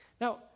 Now